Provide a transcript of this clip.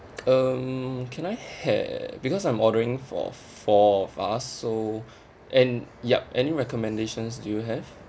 um can I have because I'm ordering for four of us so and yup any recommendations do you have